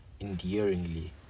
endearingly